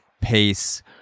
pace